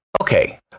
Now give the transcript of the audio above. Okay